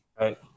Right